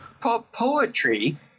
Poetry